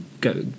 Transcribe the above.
go